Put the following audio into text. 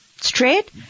straight